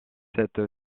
cette